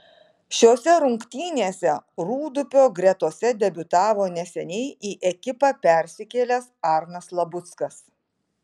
šiose rungtynėse rūdupio gretose debiutavo neseniai į ekipą persikėlęs arnas labuckas